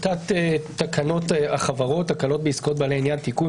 טיוטת תקנות החברות (הקלות בעסקאות בעלי עניין) (תיקון),